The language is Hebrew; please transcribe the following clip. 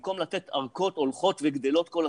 במקום לתת ארכות הולכות וגדלות כל הזמן,